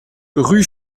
rue